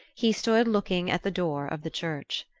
he stood looking at the door of the church.